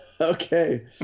Okay